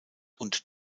und